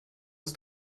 ist